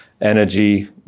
Energy